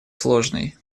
сложной